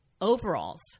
overalls